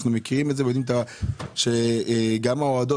אנחנו מכירים את זה ויודעים שגם ההורדות